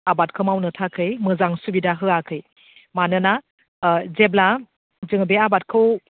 आबादखौ मावनो थाखाय मोजां सुबिदा होआखै मानोना जेब्ला जों बे आबादखौ